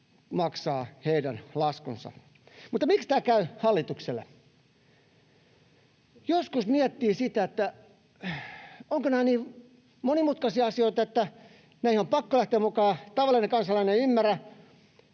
maksaa heidän laskunsa. Mutta miksi tämä käy hallitukselle? Joskus miettii sitä, ovatko nämä niin monimutkaisia asioita, että näihin on pakko lähteä mukaan ja että tavallinen kansalainen ei ymmärrä,